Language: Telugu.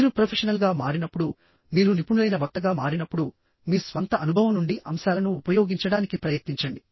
మీరు ప్రొఫెషనల్గా మారినప్పుడు మీరు నిపుణులైన వక్తగా మారినప్పుడుమీ స్వంత అనుభవం నుండి అంశాలను ఉపయోగించడానికి ప్రయత్నించండి